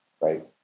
right